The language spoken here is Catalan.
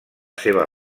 seva